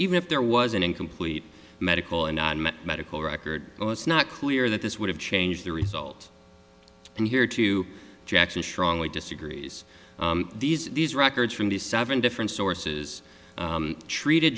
even if there was an incomplete medical and medical record it's not clear that this would have changed the result and here to jackson strongly disagrees these these records from the seven different sources treated